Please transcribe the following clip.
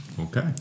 Okay